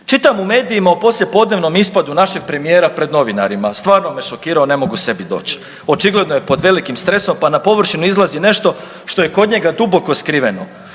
Čitam u medijima u poslijepodnevnom ispadu našeg premijera pred novinarima, stvarno me šokirao ne mogu sebi doć, očigledno je pod velikim stresom, pa na površinu izlazi nešto što je kod njega duboko skriveno.